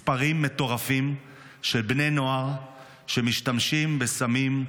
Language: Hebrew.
מספרים מטורפים של בני נוער שמשתמשים בסמים,